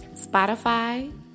Spotify